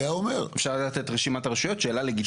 שאלה לגיטימית.